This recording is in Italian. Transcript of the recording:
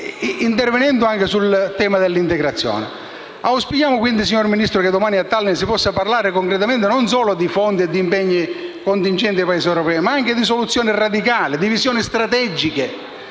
intervenendo anche sul tema dell'integrazione. Auspichiamo quindi, signor Ministro, che domani a Tallin, si possa parlare concretamente non solo di fondi e di impegni contingenti dei Paesi europei, ma anche di soluzioni radicali, di visioni strategiche,